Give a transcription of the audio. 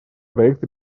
проект